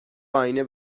آینه